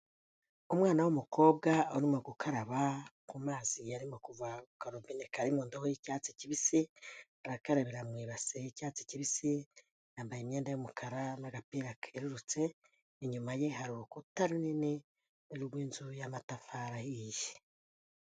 Umwana w'umukobwa urimo gukaraba, ku mazi yarimo kuva ku karobine kari mu ndobo y'icyatsi kibisi, arakarabira mu ibase y'icyatsi kibisi. yambaye imyenda y'umukara n'agapira kerurutse, inyuma ye hari urukuta runini rw'inzu y'amatafari ahiye.